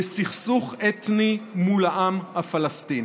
בסכסוך אתני מול העם הפלסטיני.